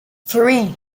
three